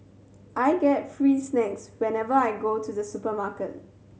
I get free snacks whenever I go to the supermarket